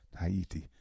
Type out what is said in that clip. Haiti